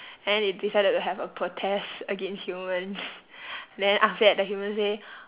and then they decided to have a protest against humans then after that the humans say